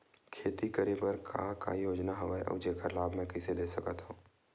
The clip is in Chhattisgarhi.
खेती करे बर का का योजना हवय अउ जेखर लाभ मैं कइसे ले सकत हव?